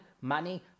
money